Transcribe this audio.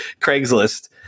Craigslist